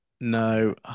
No